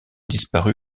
disparu